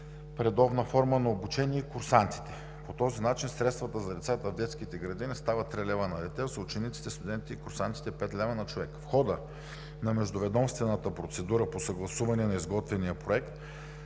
редовна форма на обучение и курсантите. По този начин средствата за децата в детските градини стават 3 лв. на дете, за учениците, студентите и курсантите – 5 лв. на човек. В хода на междуведомствената процедура по съгласуване на изготвения проект